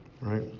Right